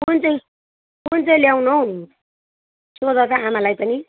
कुन चाहिँ कुन चाहिँ ल्याउनु हौ सोध त आमालाई पनि